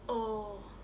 oh